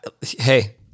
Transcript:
Hey